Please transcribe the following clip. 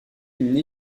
une